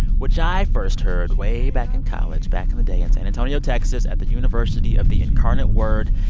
which i first heard way back in college, back in the day in san antonio, texas, at the university of the incarnate word.